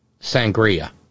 sangria